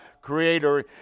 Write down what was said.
Creator